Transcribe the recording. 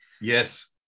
Yes